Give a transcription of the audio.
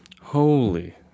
Holy